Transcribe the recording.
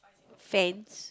fans